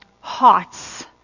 hearts